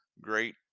great